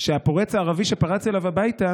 שהפורץ הערבי שפרץ אליו הביתה